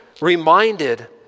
reminded